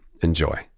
Enjoy